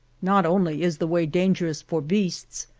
not only is the way dangerous for beasts,